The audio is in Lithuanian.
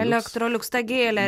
elektroliuks tą gėlę